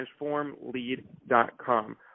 transformlead.com